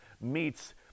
meets